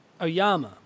Oyama